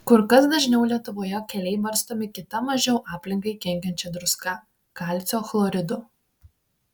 kur kas dažniau lietuvoje keliai barstomi kita mažiau aplinkai kenkiančia druska kalcio chloridu